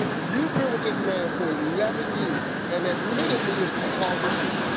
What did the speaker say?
you've been with this man for eleven years, and admittedly, it's because of you.